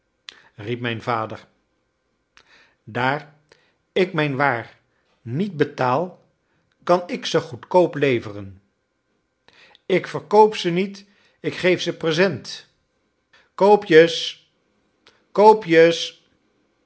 riep mijn vader daar ik mijn waar niet betaal kan ik ze goedkoop leveren ik verkoop ze niet ik geef ze present koopjes koopjes